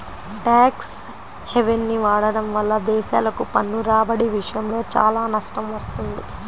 tax హెవెన్ని వాడటం వల్ల దేశాలకు పన్ను రాబడి విషయంలో చాలా నష్టం వస్తుంది